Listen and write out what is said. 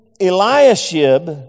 Eliashib